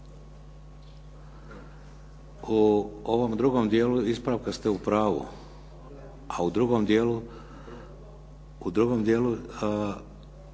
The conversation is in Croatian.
U ovom drugom dijelu ispravka ste u pravu, a u drugom dijelu